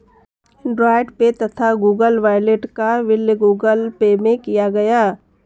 Android Pay तथा Google Wallet का विलय गूगल पे में किया गया